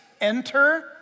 Enter